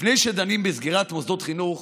לפני שדנים בסגירת מוסדות חינוך